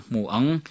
Muang